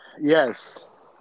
Yes